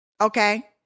okay